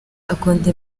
akunda